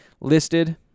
Listed